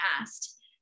asked